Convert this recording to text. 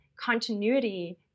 continuity